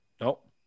Nope